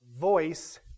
voice